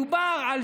מדובר על